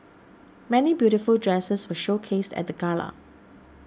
many beautiful dresses were showcased at the gala